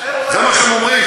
זה מה שהם אומרים.